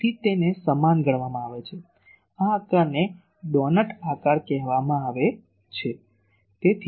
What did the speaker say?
તેથી તેથી જ તેને સમાન ગણવામાં આવે છે આ આકારને ડોનટ આકાર કહેવામાં આવે છે